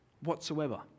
whatsoever